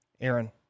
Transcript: Aaron